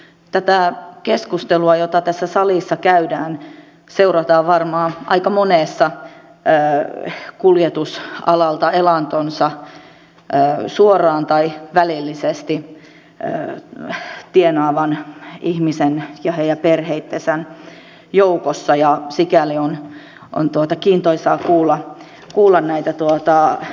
tätä keskustelua jota tässä salissa käydään seurataan varmaan aika monen kuljetusalalta elantonsa suoraan tai välillisesti tienaavan ihmisen ja heidän perheittensä joukossa ja sikäli on kiintoisaa kuulla näitä mielipiteitä